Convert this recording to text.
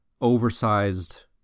oversized